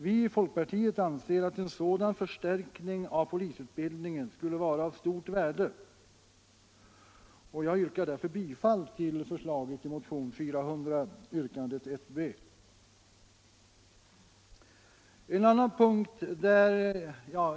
Vi i folkpartiet anser att en sådan förstärkning av polisutbildningen skulle vara av stort värde, och jag hemställer därför om bifall till yrkande 1 b i motionen 400 vilket även innebär bifall till yrkande 3 i motionen 1062.